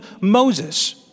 Moses